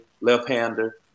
Left-hander